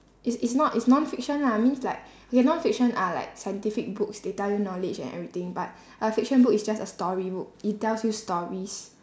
is is not is nonfiction lah means like okay nonfiction are like scientific books they tell you knowledge and everything but a fiction book is just a storybook it tells you stories